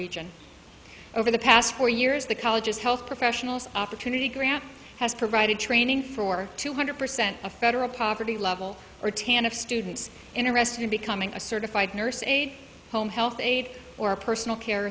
region over the past four years the colleges health professionals opportunity grant has provided training for two hundred percent of federal poverty level or tan of students interested in becoming a certified nurse aide home health aide or a personal care